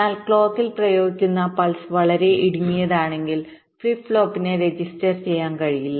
എന്നാൽ ക്ലോക്കിൽ പ്രയോഗിക്കുന്ന പൾസ് വളരെ ഇടുങ്ങിയതാണെങ്കിൽ ഫ്ലിപ്പ് ഫ്ലോപ്പിന് രജിസ്റ്റർ ചെയ്യാൻ കഴിയില്ല